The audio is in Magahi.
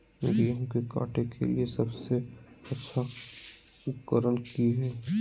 गेहूं के काटे के लिए सबसे अच्छा उकरन की है?